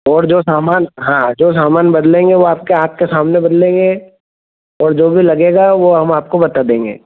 और जो सामान हाँ जो सामान बदलेंगे वो आपका आँख के सामने बदलेंगे और जो भी लगेगा वह हम आपको बता देंगे